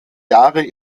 jahre